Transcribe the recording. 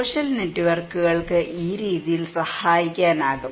social നെറ്റ്വർക്കുകൾക്ക് ഈ രീതിയിൽ സഹായിക്കാനാകും